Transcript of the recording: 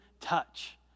touch